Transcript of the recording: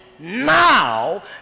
Now